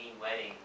wedding